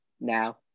now